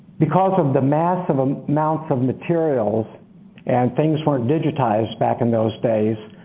because of the massive um amounts of materials and things weren't digitized back in those days,